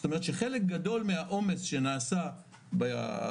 זאת אומרת שחלק גדול מהעומס שנעשה בקהילה,